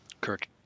Kirk